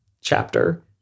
chapter